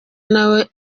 nawe